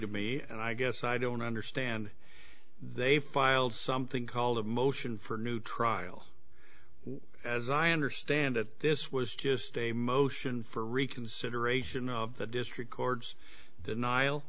to me and i guess i don't understand they filed something called a motion for new trial as i understand it this was just a motion for reconsideration of the district court's denial